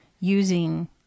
using